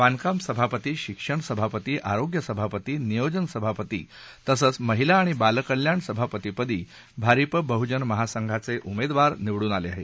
बांधकाम सभापती शिक्षण सभापती आरोग्य सभापती नियोजन सभापती तसंच महिला आणि बालकल्याण सभापतीपदी भारिप बहुजन महासंघाचे उमेदवार निवडून आले आहेत